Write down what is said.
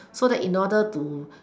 so that in order to